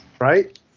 Right